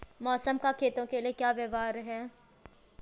मौसम का खेतों के लिये क्या व्यवहार है?